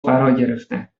فراگرفته